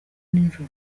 nijoro